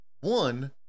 One